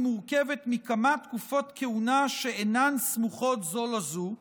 מורכבת מכמה תקופות כהונה שאינן סמוכות זו לזו,